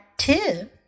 Two